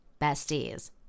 Besties